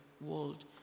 world